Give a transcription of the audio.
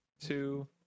Two